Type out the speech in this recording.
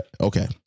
Okay